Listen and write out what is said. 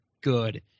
good